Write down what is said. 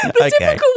okay